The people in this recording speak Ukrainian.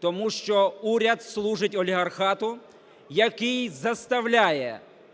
Тому що уряд служить олігархату, який заставляє